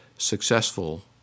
successful